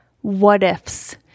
what-ifs